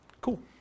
Cool